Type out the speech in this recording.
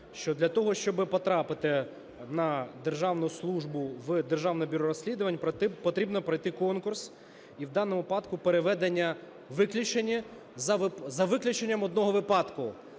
Що для того, щоби потрапити на державну службу в Державне бюро розслідувань, потрібно пройти конкурс. І в даному випадку переведення виключені, за виключенням одного випадку